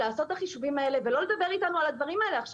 לעשות את החישובים האלה ולא לדבר איתנו על הדברים האלה עכשיו.